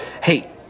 Hey